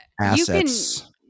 Assets